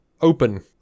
open